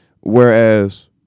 Whereas